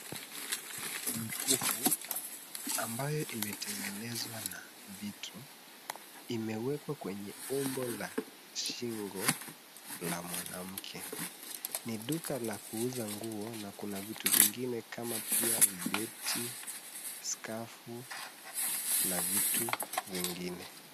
Mikufu ambayo imetengenezwa na vitu imewekwa kwenye umbo la shingo la mwanamke, ni duka la kuuza nguo na kuna vitu vingine kama pia vibeti skafu na vitu vingine.